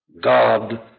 God